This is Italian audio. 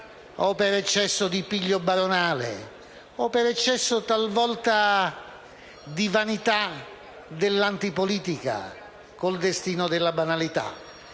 per eccesso di piglio baronale o per eccesso, talvolta, di vanità dell'antipolitica, con il destino della banalità.